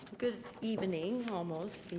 good evening almost.